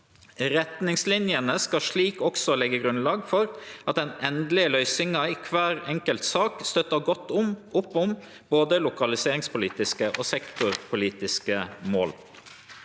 Retningslinjene skal slik òg leggje grunnlag for at den endelege løysinga i kvar enkelt sak støttar godt opp om både lokaliseringspolitiske og sektorpolitiske mål.